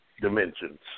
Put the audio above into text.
dimensions